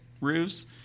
roofs